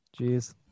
Jeez